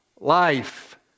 life